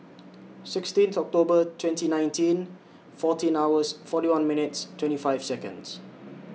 sixteen October twenty nineteen fourteen hours forty one minutes twenty five Seconds